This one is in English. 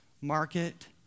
market